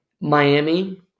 Miami